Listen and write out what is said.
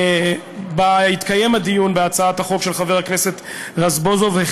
שבה התקיים הדיון בהצעת החוק של חבר הכנסת רזבוזוב,